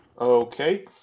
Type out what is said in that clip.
Okay